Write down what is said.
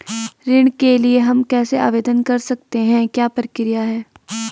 ऋण के लिए हम कैसे आवेदन कर सकते हैं क्या प्रक्रिया है?